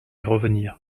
revenir